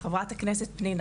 חברת הכנסת תמנו,